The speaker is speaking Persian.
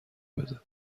بده